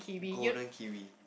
golden kiwi